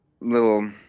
little